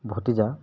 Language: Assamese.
ভতিজা